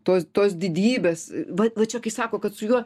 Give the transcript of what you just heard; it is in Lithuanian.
tos tos didybės va va čia kai sako kad su juo